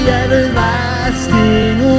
everlasting